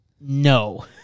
No